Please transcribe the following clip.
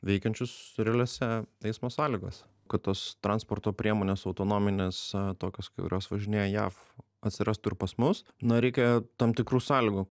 veikiančius realiose eismo sąlygose kad tos transporto priemonės autonominės tokios kurios važinėja jav atsirastų ir pas mus na reikia tam tikrų sąlygų